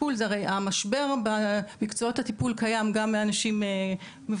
טיפול זה הרי המשבר במקצועות הטיפול קיים גם באנשים מבוגרים,